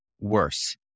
worse